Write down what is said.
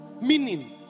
Meaning